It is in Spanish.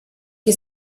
que